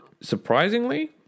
Surprisingly